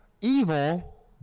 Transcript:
evil